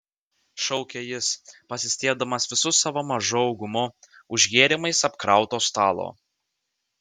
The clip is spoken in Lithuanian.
šaukė jis pasistiebdamas visu savo mažu augumu už gėrimais apkrauto stalo